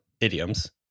idioms